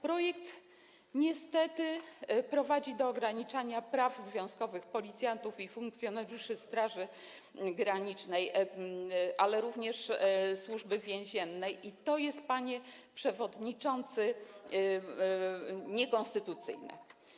Projekt niestety prowadzi do ograniczania praw związkowych policjantów i funkcjonariuszy Straży Granicznej, ale również Służby Więziennej, co jest, panie przewodniczący, niekonstytucyjne.